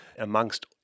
amongst